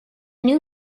new